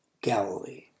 Galilee